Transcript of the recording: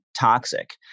toxic